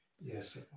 yes